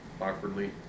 awkwardly